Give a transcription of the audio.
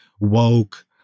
woke